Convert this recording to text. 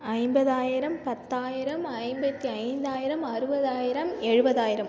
ஐம்பதாயிரம் பத்தாயிரம் ஐம்பத்தி ஐந்தாயிரம் அறுபதாயிரம் எழுபதாயிரம்